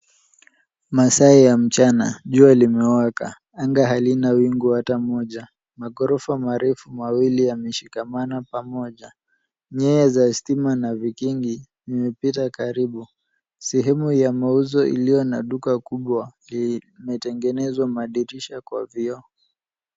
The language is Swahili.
Masaa ya mchana. Jua limewaka. Anga halina wingu hata moja. Magorofa marefu mawili yameshikamana pamoja. Nyaya za stima na vikingi vimepita karibu. Sehemu ya mauzo iliyo na duka kubwa limetengenezwa madirisha kwa vioo.